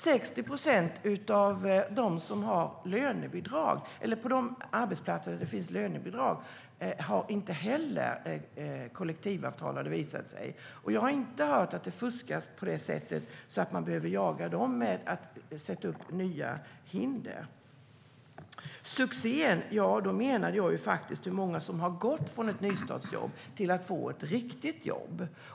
60 procent av de arbetsplatser där det finns lönebidrag har inte heller kollektivavtal, har det visat sig. Jag har inte hört att det fuskas på det sättet att man behöver jaga dem eller sätta upp nya hinder. Beträffande succéer menade jag hur många som har gått från ett nystartsjobb till att få ett riktigt jobb.